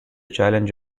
challenge